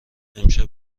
امشب